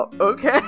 okay